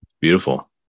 Beautiful